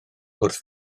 wrth